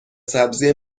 سبزی